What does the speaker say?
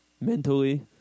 mentally